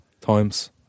Times